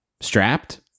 strapped